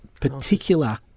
particular